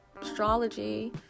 astrology